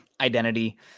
identity